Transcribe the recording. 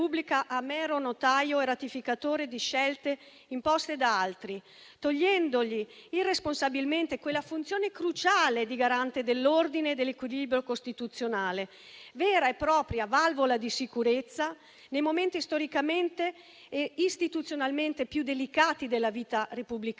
a mero notaio e ratificatore di scelte imposte da altri, togliendogli irresponsabilmente quella funzione cruciale di garante dell'ordine e dell'equilibrio costituzionale, vera e propria valvola di sicurezza nei momenti storicamente e istituzionalmente più delicati della vita repubblicana,